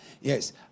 Yes